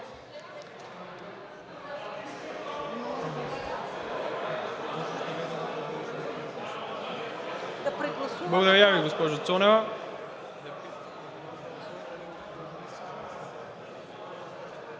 Благодаря Ви, госпожо Цонева,